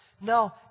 No